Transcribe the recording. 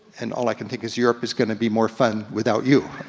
and all i can think is europe is gonna be more fun without you.